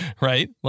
right